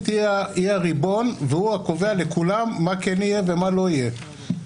היא הריבון והוא הקובע לכולם מה כן יהיה ומה לא יהיה.